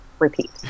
Repeat